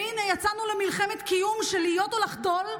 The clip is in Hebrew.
והינה, יצאנו למלחמת קיום של להיות או לחדול,